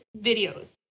videos